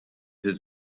his